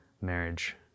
marriage